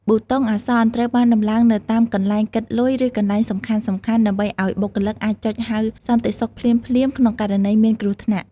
ប៊ូតុងអាសន្ន ត្រូវបានដំឡើងនៅតាមកន្លែងគិតលុយ ឬកន្លែងសំខាន់ៗ ដើម្បីឱ្យបុគ្គលិកអាចចុចហៅសន្តិសុខភ្លាមៗក្នុងករណីមានគ្រោះថ្នាក់។